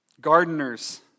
Gardeners